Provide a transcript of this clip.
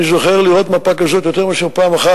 אני זוכר שרואים מפה כזאת יותר מאשר פעם אחת.